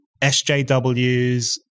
SJWs